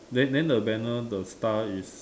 then then the banner the star is